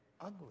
ugly